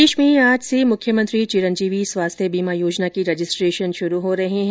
प्रदेश में आज से मुख्यमंत्री चिरंजीवी स्वास्थ्य बीमा योजना के रजिस्ट्रेशन शुरू हो रहे हैं